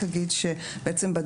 נמצאת איתנו פה חברתי יושבת-ראש הוועדה